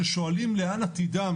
כששואלים לאן עתידם,